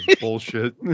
Bullshit